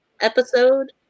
episode